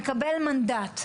מקבל מנדט.